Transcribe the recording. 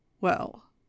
Well